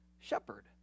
shepherd